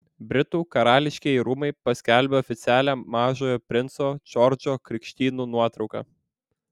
britų karališkieji rūmai paskelbė oficialią mažojo princo džordžo krikštynų nuotrauką